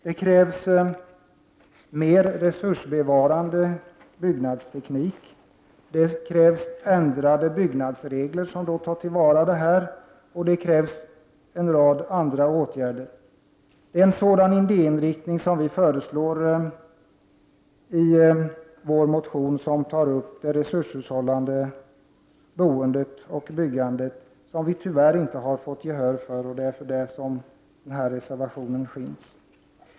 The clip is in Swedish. Det krävs vidare bättre resursbevarande byggnadsteknik, ändrade byggnadsregler för det ändamålet samt en rad andra åtgärder. Det är en sådan idéinriktning som vi för fram i vår motion om det resurshushållande boendet och byggandet. Tyvärr har vi inte fått gehör för denna motion, och därför har vi avgett reservation 12 om ekologiskt byggande.